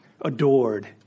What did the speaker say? adored